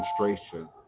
demonstration